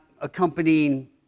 accompanying